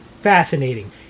fascinating